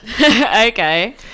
okay